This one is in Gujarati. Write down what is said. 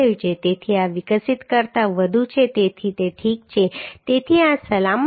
તેથી આ વિકસિત કરતાં વધુ છે તેથી તે ઠીક છે તેથી આ સલામત છે